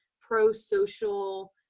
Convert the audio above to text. pro-social